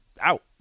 out